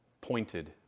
pointed